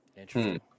Interesting